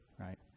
right